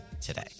today